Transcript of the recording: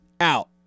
Out